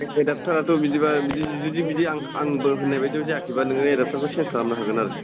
एडाबटाराथ' बिदिबा बिदि जुदि बिदि आं आंबो होननायावबादि जायाखैबा नोङो एडाबटारखौ सेन्स खालामनो हागोन आरो